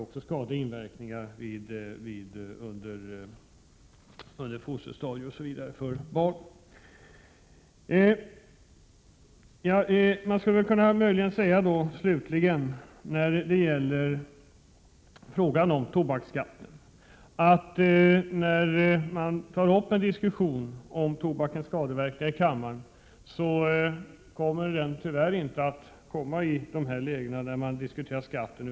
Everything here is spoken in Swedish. Det kan finnas små barn med i bilden, liksom barnafoster vid graviditet. Tar man upp en diskussion i kammaren om tobakens skadeverkningar, blir det tyvärr inte så att man diskuterar skatten.